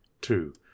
two